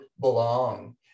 belong